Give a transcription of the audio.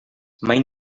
mai